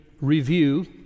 review